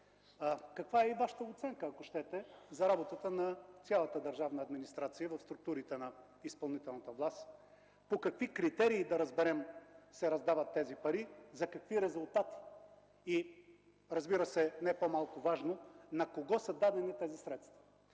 каква е Вашата оценка, ако щете, за работата на цялата държавна администрация в структурите на изпълнителната власт. Да разберем по какви критерии се раздават тези пари, за какви резултати. Разбира се, не по-малко важно е на кого се дават тези средства.